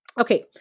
Okay